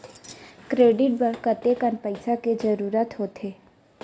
Credit बर कतेकन पईसा के जरूरत होथे?